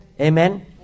Amen